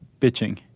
Bitching